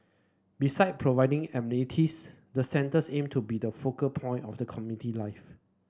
beside providing amenities the centres aim to be the focal point of community life